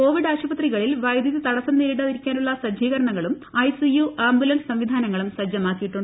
Covid ആശുപത്രികളിൽ വൈദ്യുതി തടസ്സം നേരിടാതിരിക്കാനുള്ള സജ്ജീകരണങ്ങളും ഐസിയു ആംബുലൻസ് സംവിധാനങ്ങളും സജ്ജമാക്കിയിട്ടുണ്ട്